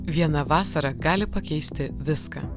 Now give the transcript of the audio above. viena vasara gali pakeisti viską